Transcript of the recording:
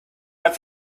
man